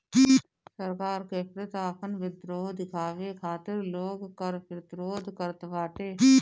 सरकार के प्रति आपन विद्रोह दिखावे खातिर लोग कर प्रतिरोध करत बाटे